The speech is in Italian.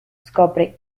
scopre